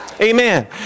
Amen